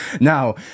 Now